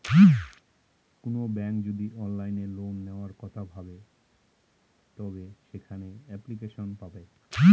কোনো ব্যাঙ্ক যদি অনলাইনে লোন নেওয়ার কথা ভাবে তবে সেখানে এপ্লিকেশন পাবে